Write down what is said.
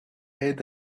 aident